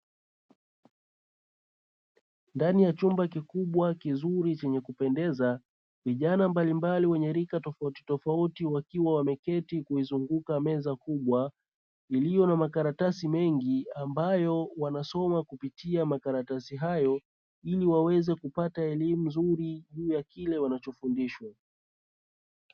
Ndani ya chumba kikubwa kizuri chenye kupendeza, vijana mbalimbali wenyerika tofauti tofauti wakiwa wameketi kuizunguka meza kubwa, iliyo na makaratasi mengi ambayo wanasoma kupitia makaratasi hayo ili waweze kupata elimu nzuri juu ya kile wanachofundishwa.